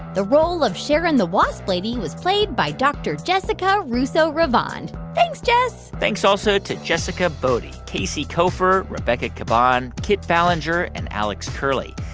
the role of sharon the wasp lady was played by dr. jessica russo revand. thanks, jess thanks also to jessica boddy, casey koeffer, rebecca caban, kit ballenger and alex curley.